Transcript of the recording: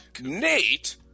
Nate